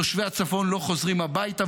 תושבי הצפון לא חוזרים הביתה,